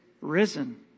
risen